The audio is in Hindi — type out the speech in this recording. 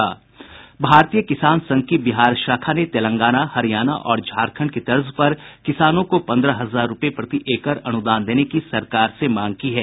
भारतीय किसान संघ की बिहार शाखा ने तेलंगाना हरियाणा और झारखंड की तर्ज पर किसानों को पन्द्रह हजार रुपये प्रति एकड़ अनुदान देने की सरकार से मांग की है